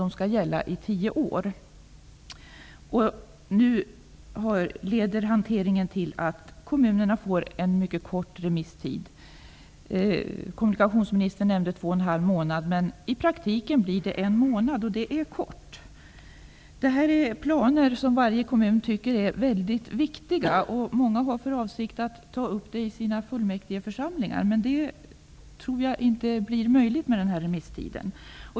De skall gälla i tio år. Nu leder hanteringen till att kommunerna får en mycket kort remisstid. Kommunikationsministern nämnde två och en halv månad. I praktiken blir det en månad, och det är kort. Det gäller här planer som varje kommun tycker är väldigt viktiga. Många har för avsikt att ta upp frågan i sina fullmäktigeförsamlingar, och det tror jag inte blir möjligt med denna remisstid.